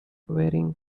wearing